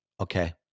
Okay